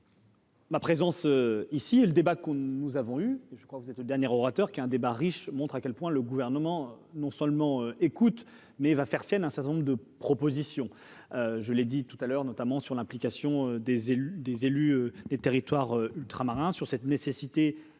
Ma présence ici et le débat qu'on nous avons eu, je crois que vous êtes le dernier orateur qui a un débat riche montre à quel point le gouvernement non seulement écoute mais va faire sienne, un certain nombre de propositions, je l'ai dit tout à l'heure, notamment sur l'implication des élus, des élus des territoires ultramarins sur cette nécessité,